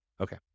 Okay